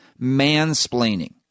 mansplaining